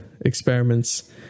experiments